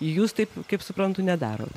jū taip kaip suprantu nedarot